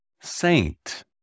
saint